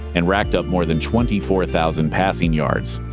and racked up more than twenty four thousand passing yards.